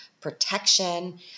protection